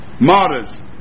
martyrs